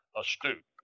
astute